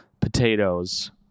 potatoes